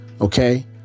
Okay